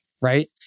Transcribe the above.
right